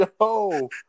yo